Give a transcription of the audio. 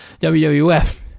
WWF